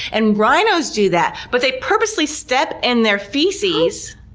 and rhinos do that, but they purposely step in their feces